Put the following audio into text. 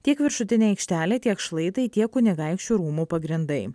tiek viršutinė aikštelė tiek šlaitai tiek kunigaikščių rūmų pagrindai